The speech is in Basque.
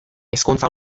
ezkontza